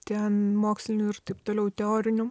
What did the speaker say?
ten mokslinių ir taip toliau teorinių